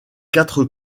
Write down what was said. quatre